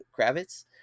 kravitz